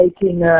Taking